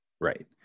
Right